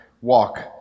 walk